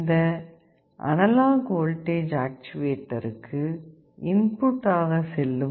இந்த analogue voltage ஆக்ச்சுவேட்டருக்கு input ஆக செல்லும்